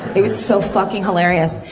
it was so fucking hilarious.